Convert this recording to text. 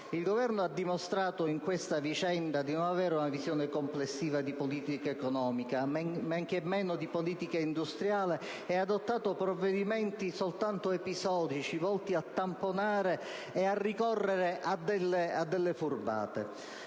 Il Governo ha dimostrato in questa vicenda di non avere una visione complessiva di politica economica, men che meno industriale, e ha adottato provvedimenti soltanto episodici, volti a tamponare e a ricorrere a delle furbate.